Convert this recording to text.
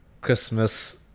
christmas